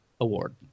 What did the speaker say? Award